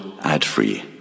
ad-free